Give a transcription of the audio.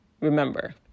Remember